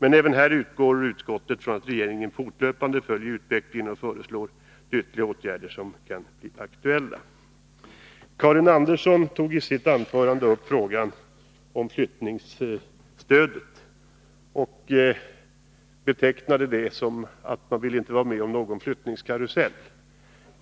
Även här utgår utskottet från ”att regeringen fortlöpande följer utvecklingen och föreslår de ytterligare åtgärder som kan bli aktuella”. Karin Andersson tog upp frågan om flyttningsstöd och sade att man inte ville vara med om någon flyttningskarusell.